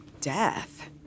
death